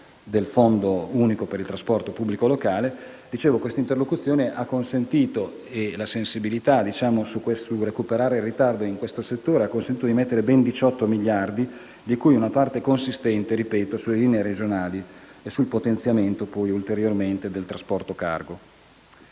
del fondo unico per il trasporto pubblico locale. Questa interlocuzione e la sensibilità di recuperare il ritardo in questo settore hanno consentito di stanziare ben 18 miliardi, di cui una parte consistente sulle linee regionali e sul potenziamento ulteriormente del trasporto cargo.